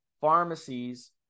pharmacies